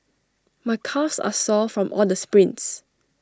my calves are sore from all the sprints